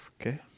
Okay